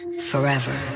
forever